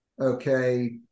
okay